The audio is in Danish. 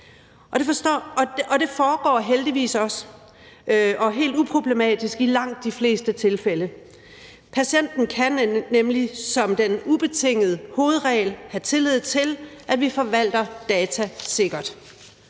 og det foregår heldigvis også og helt uproblematisk i langt de fleste tilfælde. Patienterne kan nemlig som den ubetingede hovedregel have tillid til, at vi forvalter data sikkert.